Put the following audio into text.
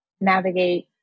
navigate